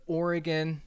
oregon